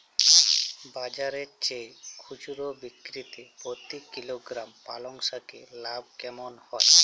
বাজারের চেয়ে খুচরো বিক্রিতে প্রতি কিলোগ্রাম পালং শাকে লাভ কেমন হয়?